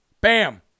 bam